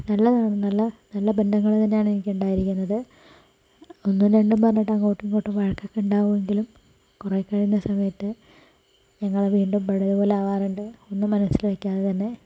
നല്ലതാണ് നല്ല നല്ല ബന്ധങ്ങള് തന്നെയാണ് എനിക്കിണ്ടായിരിക്കുന്നത് ഒന്നും രണ്ടും പറഞ്ഞിട്ട് അങ്ങോട്ടും ഇങ്ങോട്ടും വഴക്കൊക്കെ ഉണ്ടാകുമെങ്കിലും കുറെ കഴിഞ്ഞാൽ സമയത്ത് ഞങ്ങള് വീണ്ടും പഴയത് പോലെ ആകാറുണ്ട് ഒന്നും മനസ്സില് വെയ്ക്കാതെ തന്നെ